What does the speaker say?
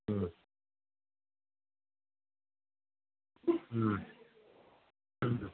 ꯎꯝ ꯎꯝ ꯎꯝ